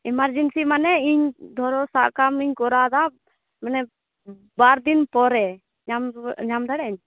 emergency ᱢᱟᱱᱮ ᱤᱧ ᱫᱷᱚᱨᱚ ᱥᱟᱵ ᱠᱟᱜᱢᱮ ᱠᱚᱨᱟᱣᱫᱟ ᱢᱟᱱᱮ ᱵᱟᱨᱫᱤᱱ ᱯᱚᱨᱮ ᱧᱟᱢ ᱨᱩᱣᱟᱹᱲ ᱧᱟᱢ ᱫᱟᱲᱮᱭᱟᱜ ᱟᱹᱧ